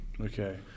Okay